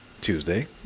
Tuesday